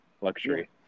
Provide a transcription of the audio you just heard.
Luxury